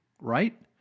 right